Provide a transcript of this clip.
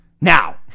Now